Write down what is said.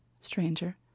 Stranger